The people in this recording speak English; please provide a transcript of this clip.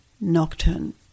Nocturne